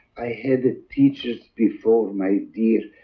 i had teachers before my dear